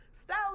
Style